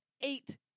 Eight